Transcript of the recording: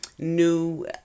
new